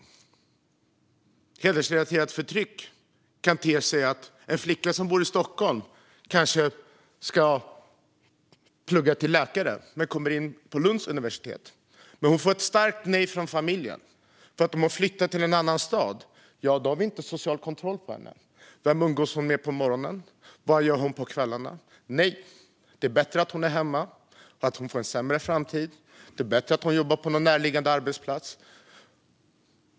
Ett exempel på hedersrelaterat förtryck kan vara att en flicka som bor i Stockholm ska plugga till läkare och kommer in på Lunds universitet men får ett starkt nej från familjen. Om hon flyttar till en annan stad har de nämligen inte social kontroll på henne. Vem umgås hon med på morgonen? Vad gör hon på kvällarna? Nej! Det är bättre att hon är hemma och får en sämre framtid. Det är bättre att hon jobbar på någon närliggande arbetsplats.